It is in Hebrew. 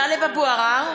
טלב אבו עראר,